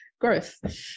growth